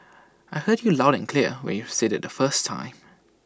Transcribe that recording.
I heard you loud and clear when you said IT the first time